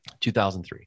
2003